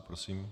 Prosím.